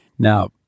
Now